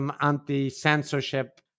anti-censorship